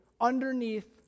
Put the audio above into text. underneath